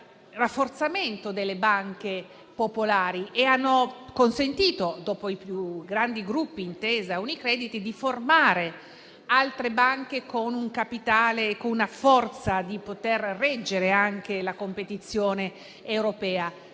rafforzamento delle banche popolari e ha consentito, dopo i più grandi gruppi Intesa e Unicredit, di formare altre banche con un capitale e con la forza di reggere anche la competizione europea.